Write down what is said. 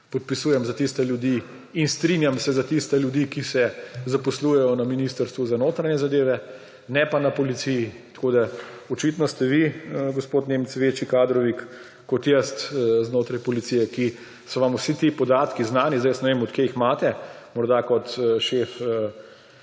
Podpisujem za tiste ljudi in strinjam se za tiste ljudi, ki se zaposlujejo na Ministrstvu za notranje zadeve, ne pa na policiji. Tako da očitno ste vi, gospod Nemec, večji kadrovik kot jaz znotraj policije, ki so vam vsi ti podatki znani. Zdaj jaz ne vem, od kod jih imate. Morda kot šef